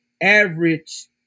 average